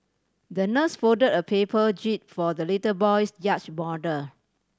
the nurse fold a paper jib for the little boy's yacht model